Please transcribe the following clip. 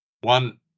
one